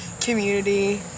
community—